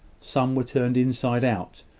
some were turned inside out,